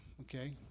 okay